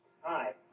Hi